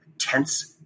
tense